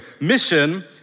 Mission